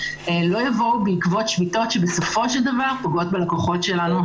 לא יבוא בעקבות שביתות שפוגעות בלקוחות שלנו,